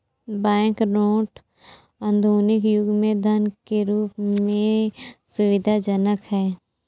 bank note आधुनिक युग में धन के रूप में सुविधाजनक हैं